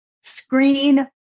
screen